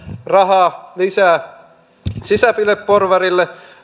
lisää rahaa sisäfileporvarille